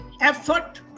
effort